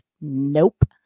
nope